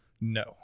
No